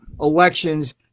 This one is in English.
elections